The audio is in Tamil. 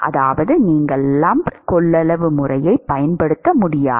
அதாவது நீங்கள் லம்ப்ட் கொள்ளளவு முறையைப் பயன்படுத்த முடியாது